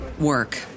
work